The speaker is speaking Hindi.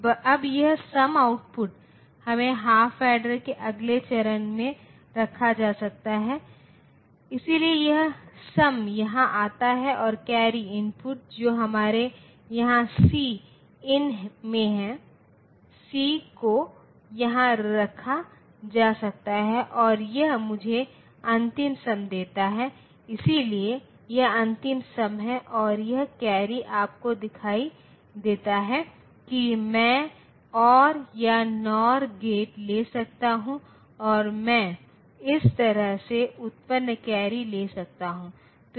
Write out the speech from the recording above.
अब यह सम आउटपुट इसे हाफ ऐडर के अगले चरण में रखा जा सकता है इसलिए यह सम यहाँ आता है और कैरी इनपुट जो हमारे यहाँ C इन में है C को यहां रखा जा सकता है और यह मुझे अंतिम सम देता है इसलिए यह अंतिम सम है और यह कैरी आपको दिखाई देता है कि मैं ओर या नोर गेट ले सकता हूं और मैं इस तरह से उत्पन्न कैरी ले सकता हूं